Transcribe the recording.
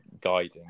guiding